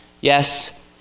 Yes